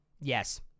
Yes